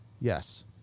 yes